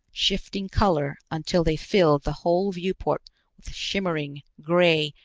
shifting color until they filled the whole viewport with shimmering, gray,